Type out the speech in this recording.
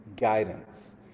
guidance